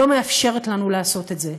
לא מאפשרת לנו לעשות את זה.